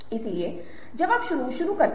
आप नहीं जानते कि आप किसके साथ साझा कर रहे हैं